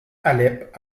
alep